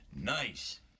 Nice